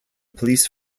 police